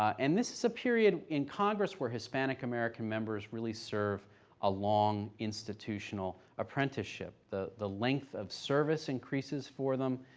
and this is a period in congress where hispanic american members really serve a long, institutional apprenticeship. the the length of service increases for them,